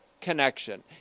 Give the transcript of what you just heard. connection